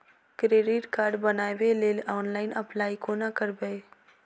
Credit card बनाबै लेल online apply कोना करबै?